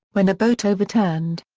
when a boat overturned.